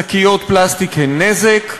שקיות פלסטיק הן נזק,